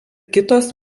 kitos